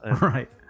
Right